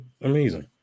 amazing